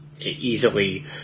easily